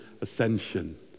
ascension